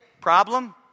Problem